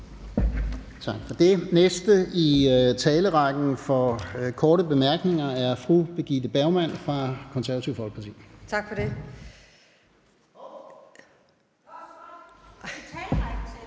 Tak for det. Den næste i talerrækken for korte bemærkninger er fru Birgitte Bergman fra Det Konservative Folkeparti. Kl.